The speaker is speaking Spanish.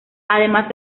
además